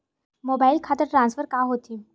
Mobile खाता transfer का होथे?